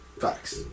Facts